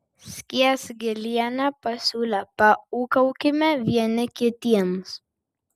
skiesgilienė pasiūlė paūkaukime vieni kitiems